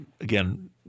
again